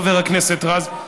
חבר הכנסת רז.